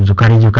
and kind of